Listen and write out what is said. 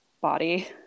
body